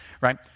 right